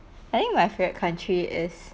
I think my favourite country is